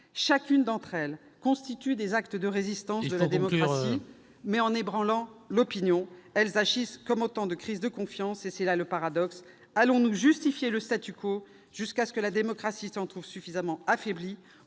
Chacune d'entre elles constitue un acte de résistance de la démocratie, ... Il faut conclure. ... mais en ébranlant l'opinion, elles agissent comme autant de crises de confiance, et c'est là le paradoxe. Allons-nous justifier le jusqu'à ce que la démocratie s'en trouve suffisamment affaiblie,